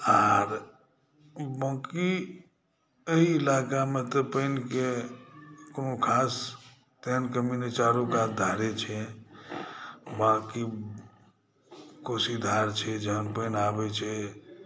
आर बाक़ी एहि इलाक़ामे तऽ पानिके कोनो ख़ास तेहन कमी नहि चारू कात धारे छै बाक़ी कोशी धार छै जहाँ पानि आबै छै